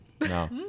No